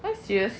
that's serious